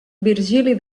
virgili